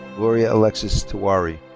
gloria alexis tewari.